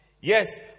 yes